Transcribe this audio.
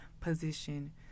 position